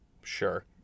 Sure